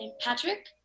patrick